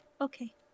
Okay